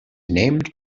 named